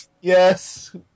Yes